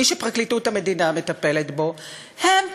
מי שפרקליטות המדינה מטפלת בהם,